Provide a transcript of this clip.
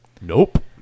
Nope